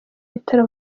bitaro